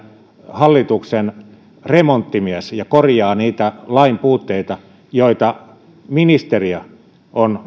hallituksen remonttimies ja korjaa niitä lain puutteita joita ministeriö on